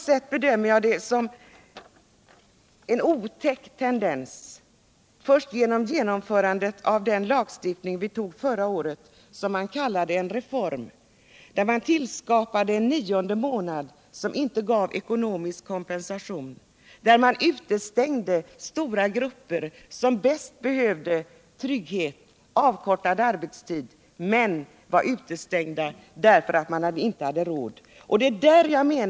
Det bedömer jag som en på något sätt otäck tendens, som framträdde vid genomförandet av den lagstiftning som vi antog förra året och som man kallade en reform. Därigenom tillskapades en nionde månad, som dock inte gav någon ekonomisk kompensation utan där stora grupper i stället utestängdes, vilka allra bäst hade behövt trygghet och avkortad arbetstid. De blev utestängda därför att de inte hade råd att ta ledigt från arbetet.